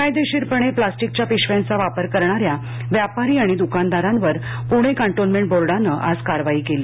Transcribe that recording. बेकायदेशीरपणे प्लास्टिकच्या पिशव्यांचा वापर करणाऱ्या व्यापारी आणि द्कानदारांवर पुणे कॅन्टोन्मेंट बोर्डानं आज कारवाई केली